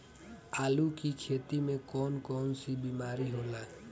आलू की खेती में कौन कौन सी बीमारी होला?